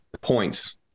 points